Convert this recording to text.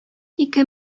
ике